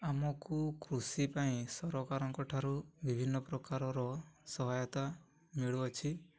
ଆମକୁ କୃଷି ପାଇଁ ସରକାରଙ୍କ ଠାରୁ ବିଭିନ୍ନ ପ୍ରକାରର ସହାୟତା ମିଳୁଅଛି